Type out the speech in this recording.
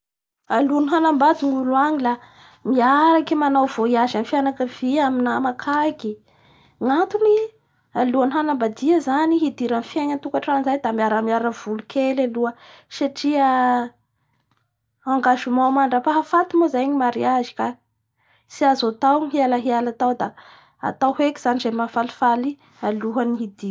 Amin'ny tany io ao koa zay da nohon'ny fisian'ireto karazan'olo maro reto nitambatsy izay no namoro ny kolotsain'nolo io ao ka itony aby zany ny olo nitambatambatsy io. Ao ny kaarzan'olo ibera zao. Ao ny karazan'olo sôrtesy. Ao ny basque. Ao ny Phénicien, ao ny romain, ao ny sueve, ao ny izinôfa,